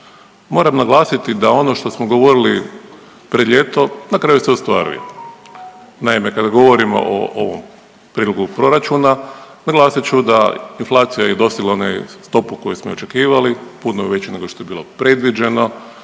Moram naglasiti da ono što smo govorili pred ljeto na kraju se ostvaruje. Naime, kada govorimo o prijedlogu proračuna naglasit ću da inflacija je dostigla onu stopu koju smo i očekivali, puno veću nego što je bilo predviđeno,